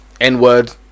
n-word